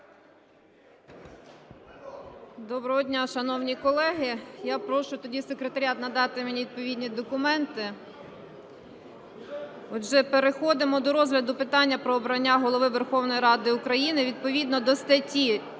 Доброго дня, шановні колеги! Я прошу тоді секретаріат надати мені відповідні документи. Отже, переходимо до розгляду питання про обрання Голови Верховної Ради України. Відповідно до статті